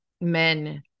Men